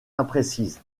imprécise